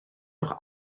noch